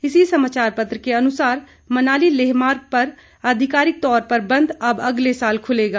इसी समाचार पत्र के अनुसार मनाली लेह मार्ग आधिकारिक तौर पर बंद अब अगले साल खुलेगा